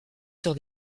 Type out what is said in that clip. sur